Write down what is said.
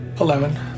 Eleven